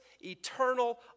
eternal